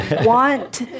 want